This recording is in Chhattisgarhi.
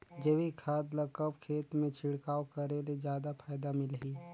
जैविक खाद ल कब खेत मे छिड़काव करे ले जादा फायदा मिलही?